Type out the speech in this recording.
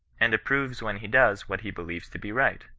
and approved when he does what he believes to be right.